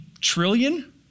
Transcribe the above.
trillion